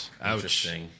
Ouch